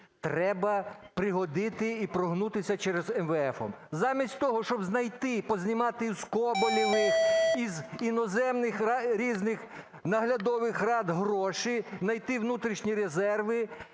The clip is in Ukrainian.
треба пригодити і прогнутися перед МВФом. Замість того, щоб знайти і познімати з Коболєвих і з іноземних різних наглядових рад гроші, найти внутрішні резерви,